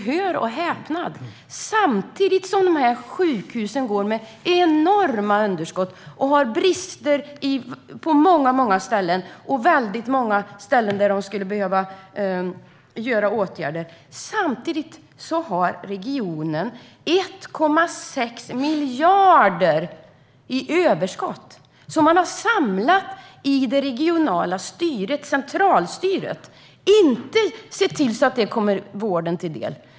Hör och häpna, för samtidigt som de här sjukhusen går med enorma underskott - många av dem har brister som skulle behöva åtgärdas - har regionen 1,6 miljarder i överskott som man har samlat i det regionala centralstyret och som inte kommer vården till del.